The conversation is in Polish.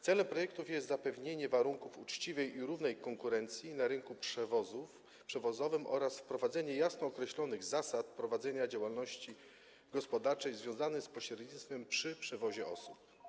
Celem projektu jest zapewnienie warunków uczciwej i równej konkurencji na rynku przewozowym oraz wprowadzenie jasno określonych zasad prowadzenia działalności gospodarczej związanej z pośrednictwem przy przewozie osób.